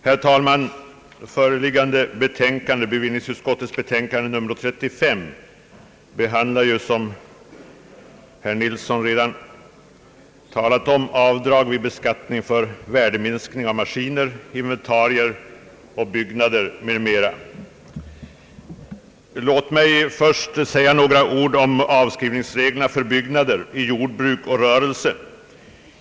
Herr talman! Föreliggande betänkande — bevillningsutskottets betänkande nr 35 — behandlar avdrag vid beskattningen för värdeminskning av maskiner, inventarier och byggnader, m.m. Låt mig först säga några ord om avskrivningsreglerna när det gäller byggnader i jordbruk och rörelse.